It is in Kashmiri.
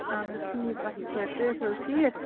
اہن حظ ٹھیٖک اَصٕل پٲٹھۍ تُہۍ ٲسِو حظ ٹھیٖک